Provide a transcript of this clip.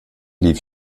lief